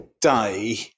day